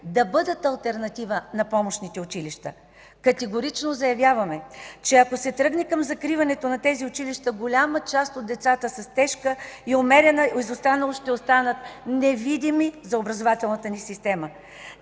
да бъдат алтернатива на помощните училища. Категорично заявяваме, че ако се тръгне към закриване на тези училища, голяма част от децата с тежка и умерена изостаналост ще останат невидими за образователната ни система.